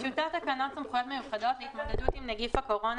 "טיוטת תקנות סמכויות מיוחדות להתמודדות עם נגיף הקורונה